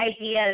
ideas